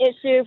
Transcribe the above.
issue